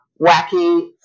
Wacky